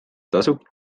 tasub